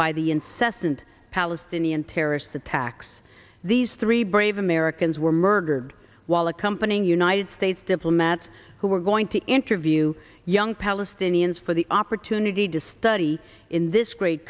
by the incessant palestinian terrorist attacks these three brave americans were murdered while accompanying united states diplomats who were going to interview young palestinians for the opportunity to study in this great